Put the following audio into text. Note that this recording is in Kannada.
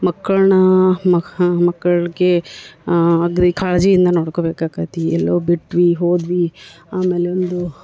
ಮಕ್ಕಳನ್ನ ಮಕ್ ಮಕ್ಕಳಿಗೆ ಅಗದಿ ಕಾಳಜಿಯಿಂದ ನೋಡ್ಕೊಬೇಕಾಕೈತಿ ಎಲ್ಲೋ ಬಿಟ್ವಿ ಹೋದ್ವಿ ಆಮೇಲೆ ಒಂದು